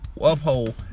uphold